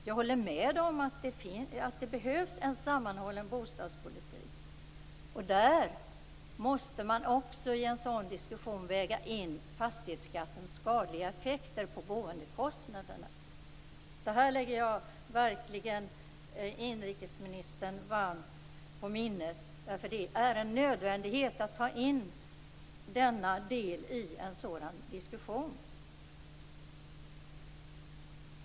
Jag håller med om att det behövs en sammanhållen bostadspolitik. I en sådan diskussion måste man också väga in fastighetsskattens skadliga effekter på boendekostnaderna. Det vill jag varmt lägga inrikesministern på minnet. Det är en nödvändighet att ta in denna del i en sådan diskussion.